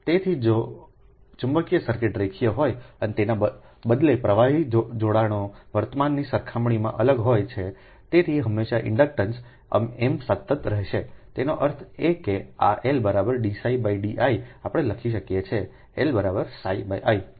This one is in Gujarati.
તેથી જો ચુંબકીય સર્કિટ રેખીય હોય તો તેના બદલે પ્રવાહી જોડાણો વર્તમાનની સરખામણીમાં અલગ હોય છે તેથી હંમેશાં ઇન્ડક્શન અમે સતત રહીશુંતેનો અર્થ એ કે આ L dψdiઆપણેલખી શકીએ છીએ L iહેનરી